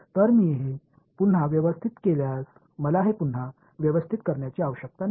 तर मी हे पुन्हा व्यवस्थित केल्यास मला हे पुन्हा व्यवस्थित करण्याची आवश्यकता नाही